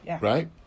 right